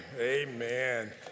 Amen